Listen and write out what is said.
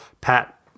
Pat